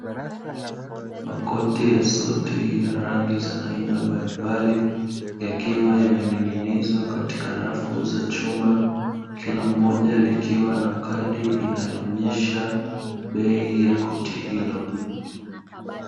Makoti ya suti ya rangi za aina mbalimbali yakiwa yamening'inizwa katika rafu za chuma, kila moja likiwa na kadi inayo onesha bei ya koti hilo.